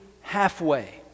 halfway